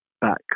back